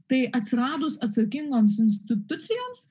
tai atsiradus atsakingoms institucijoms